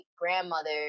grandmother